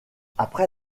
après